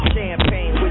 Champagne